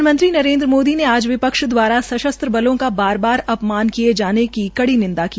प्रधानमंत्री नरेन्द्र मोदी ने आज वि क्ष दवारा सशस्त्र दलों का बार बार अ मान किए जाने की कड़ी आलोचना की